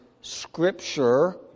Scripture